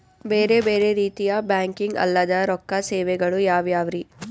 ಬೇರೆ ಬೇರೆ ರೀತಿಯ ಬ್ಯಾಂಕಿಂಗ್ ಅಲ್ಲದ ರೊಕ್ಕ ಸೇವೆಗಳು ಯಾವ್ಯಾವ್ರಿ?